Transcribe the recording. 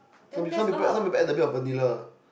some people some people some people add a bit of vanilla